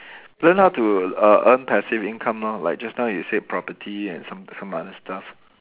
learn how to err earn passive income lor like just now you said property and some some other stuff